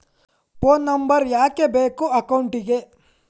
Phone number ಯಾಕೆ ಬೇಕು ಅಕೌಂಟಿಗೆ?